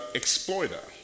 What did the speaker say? exploiter